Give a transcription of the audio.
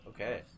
Okay